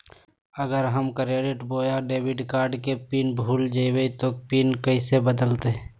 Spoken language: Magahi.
अगर हम क्रेडिट बोया डेबिट कॉर्ड के पिन भूल जइबे तो पिन कैसे बदलते?